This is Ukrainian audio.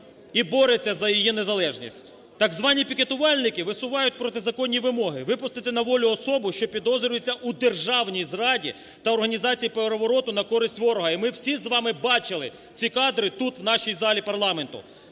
і бореться за її незалежність. Так звані пікетувальники висувають протизаконні вимоги: випустити на волю особу, що підозрюється у державній зраді та організації перевороту на користь ворога. І ми всі з вами бачили ці кадри тут, в нашій залі парламенту.